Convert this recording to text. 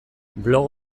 blog